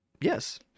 Yes